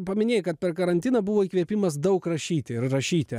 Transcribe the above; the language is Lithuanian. paminėjai kad per karantiną buvo įkvėpimas daug rašyti ir rašyti